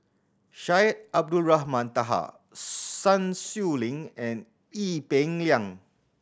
Syed Abdulrahman Taha Sun Xueling and Ee Peng Liang